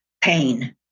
pain